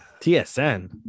TSN